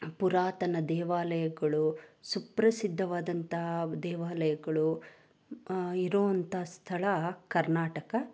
ಪುರಾತನ ದೇವಾಲಯಗಳು ಸುಪ್ರಸಿದ್ಧವಾದಂಥ ದೇವಾಲಯಗಳು ಇರೋಂಥ ಸ್ಥಳ ಕರ್ನಾಟಕ